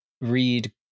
read